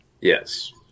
Yes